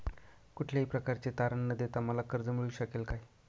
कुठल्याही प्रकारचे तारण न देता मला कर्ज मिळू शकेल काय?